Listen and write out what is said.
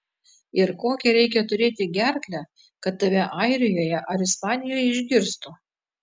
ir kokią reikia turėti gerklę kad tave airijoje ar ispanijoje išgirstų